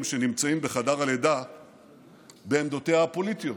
שנמצאים בחדר הלידה בעמדותיה הפוליטיות.